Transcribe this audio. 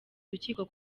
urukiko